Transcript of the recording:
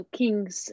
kings